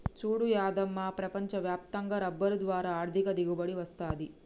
సూడు యాదమ్మ ప్రపంచ వ్యాప్తంగా రబ్బరు ద్వారా ఆర్ధిక దిగుబడి వస్తది